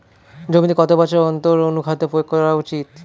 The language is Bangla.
জমিতে কত বছর অন্তর অনুখাদ্য প্রয়োগ করা উচিৎ?